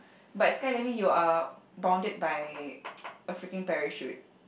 but skydiving you are bounded by a freaking parachute